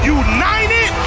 united